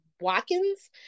Watkins